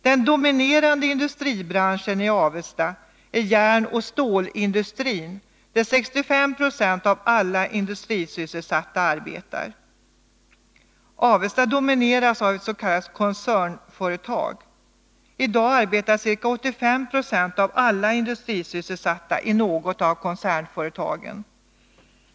Den dominerande industribranschen i Avesta är järnoch stålindustrin, där 65 96 av alla industrisysselsatta arbetar. Avesta domineras av s.k. koncernföretag. I dag arbetar ca 85 26 av alla industrisysselsatta i något av koncernföretagen.